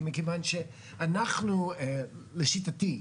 כי מכיוון שאנחנו לשיטתי,